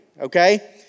okay